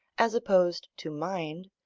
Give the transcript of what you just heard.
as opposed to mind,